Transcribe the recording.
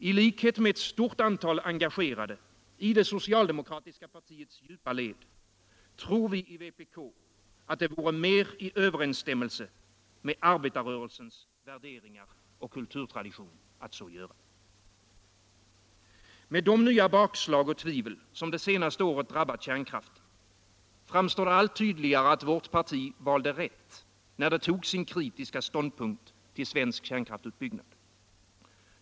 I likhet med ett stort antal engagerade i det socialdemokratiska partiets djupa led tror vi i vpk att det vore mer i överensstämmelse med arbetarrörelsens värderingar och kulturtradition att göra så. Med de nya bakslag och tvivel som det senaste året drabbat kärnkraften framstår det som allt tydligare att vårt parti valde rätt, när det tog sin kritiska ståndpunkt till svensk kärnkraftsutbyggnad.